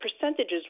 percentages